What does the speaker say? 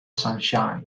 sunshine